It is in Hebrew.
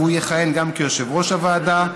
והוא יכהן גם כיושב-ראש הוועדה,